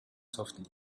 softly